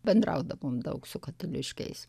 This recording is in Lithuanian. bendraudavom daug su katiliškiais